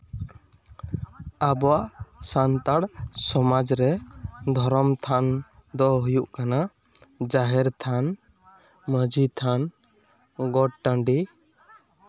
ᱟᱵᱚᱣᱟᱜ ᱥᱟᱱᱛᱟᱲ ᱥᱚᱢᱟᱡᱽ ᱨᱮ ᱫᱷᱚᱨᱚᱢ ᱛᱷᱟᱱ ᱫᱚ ᱦᱩᱭᱩᱜ ᱠᱟᱱᱟ ᱡᱟᱦᱮᱨ ᱛᱷᱟᱱ ᱢᱟᱹᱡᱷᱤ ᱛᱷᱟᱱ ᱜᱚᱴ ᱴᱟᱺᱰᱤ